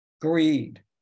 greed